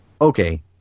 okay